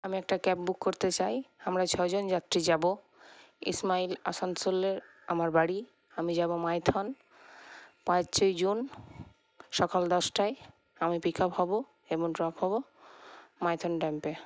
আমি একটা cab book করতে চাই আমরা ছজন যাত্রী যাবো ইসমাইল আসানসোলে আমার বাড়ি আমি যাবো মাইথন পাঁচই জুন সকাল দশটায় আমি পিক আপ হবো এবং ড্রপ হবো মাইথন ড্যামে